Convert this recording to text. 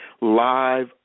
live